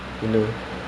mm